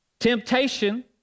Temptation